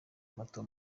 mato